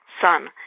son